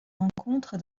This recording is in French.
rencontre